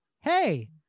hey